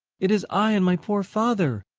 it is i and my poor father.